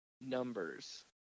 numbers